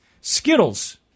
Skittles